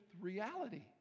reality